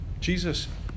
Jesus